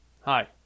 Hi